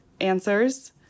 answers